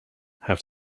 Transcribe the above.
have